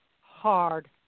hard